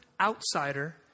outsider